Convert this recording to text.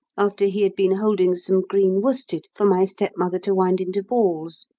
after he had been holding some green worsted for my stepmother to wind into balls.